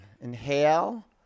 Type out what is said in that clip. inhale